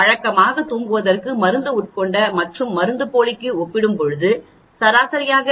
வழக்கமாக தூங்குவதற்கு மருந்து உட்கொண்ட மற்றும் மருந்துப்போலிக்கு ஒப்பிடும்போது சராசரியாக 2